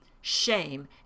shame